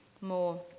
more